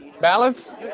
Balance